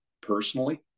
personally